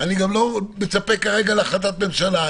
אני גם לא מצפה כרגע להחלטת ממשלה.